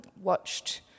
watched